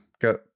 Go